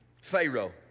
Pharaoh